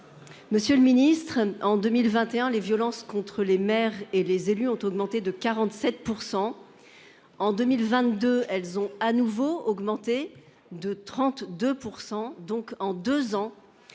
Monsieur le Ministre, en 2021 les violences contre les maires et les élus ont augmenté de 47%. En 2022, elles ont à nouveau augmenté de 32%, donc en 2 ans.